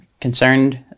concerned